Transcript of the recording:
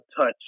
touch